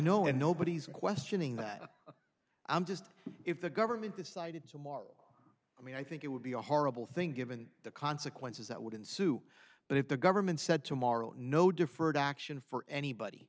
know and nobody's questioning that i'm just if the government decided tomorrow i mean i think it would be a horrible thing given the consequences that would ensue but if the government said tomorrow no deferred action for anybody